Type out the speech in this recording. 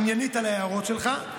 עניינית על ההערות שלך,